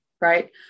right